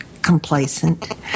complacent